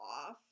off